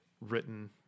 written